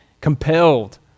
compelled